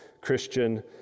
Christian